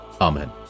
Amen